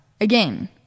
again